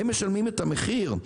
הם משלמים את המחיר.